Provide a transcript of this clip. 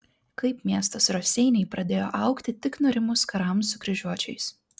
kaip miestas raseiniai pradėjo augti tik nurimus karams su kryžiuočiais